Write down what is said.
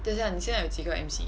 等下你现在有几个 M_C